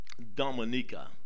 dominica